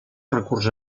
recurs